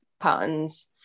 patterns